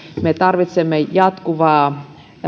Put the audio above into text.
me tarvitsemme jatkuvaa